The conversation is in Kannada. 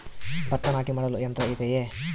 ಭತ್ತ ನಾಟಿ ಮಾಡಲು ಯಂತ್ರ ಇದೆಯೇ?